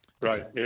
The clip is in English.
Right